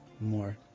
more